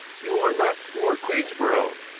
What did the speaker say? you are not for queensborough!